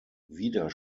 wieder